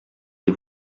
les